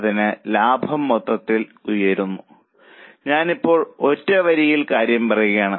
അതിനാൽ ലാഭം മൊത്തത്തിൽ ഉയർന്നു ഞാനിപ്പോൾ ഒറ്റ വരിയിൽ കാര്യം പറയുകയാണ്